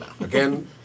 Again